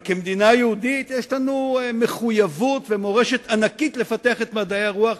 אבל כמדינה יהודית יש לנו מחויבות ומורשת ענקית לפתח את מדעי הרוח,